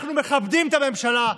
אנחנו מכבדים את הממשלה,